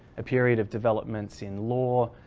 a period of developments in law,